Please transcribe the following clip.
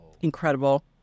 Incredible